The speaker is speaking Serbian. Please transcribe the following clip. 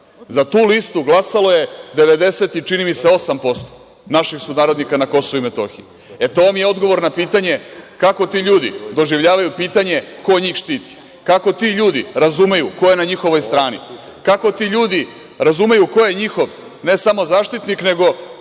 Za tu listu glasalo je, čini mi se, 98% naših sunarodnika na KiM.To vam je odgovor na pitanje – kako ti ljudi doživljavaju pitanja ko njih štiti, kako ti ljudi razumeju ko je na njihovoj strani, kako ti ljudi razumeju ko je njihov, ne samo zaštitnik, nego